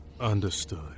Understood